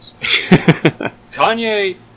Kanye